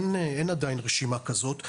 אין עדיין רשימה כזאת.